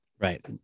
right